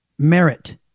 Merit